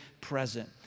present